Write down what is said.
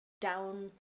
down